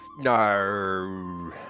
No